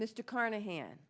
mr carnahan